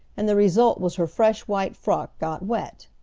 and the result was her fresh white frock got wet.